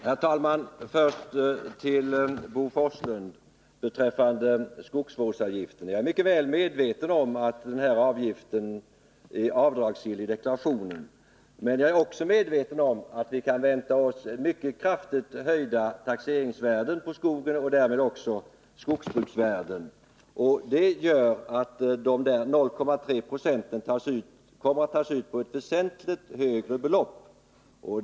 Herr talman! Först några ord till Bo Forslund beträffande skogsvårdsavgiften. Jag är mycket väl medveten om att den avgiften är avdragsgill i deklarationen. Men jag är också medveten om att vi kan vänta oss mycket kraftigt höjda taxeringsvärden på skogen och därmed också höjda skogsbruksvärden. Det gör att dessa 0,3 20 kommer att utgå på ett väsentligt högre belopp än nu.